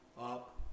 up